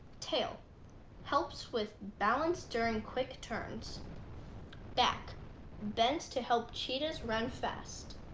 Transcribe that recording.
tail helps with balance during quick turns back bends to help cheetahs run fast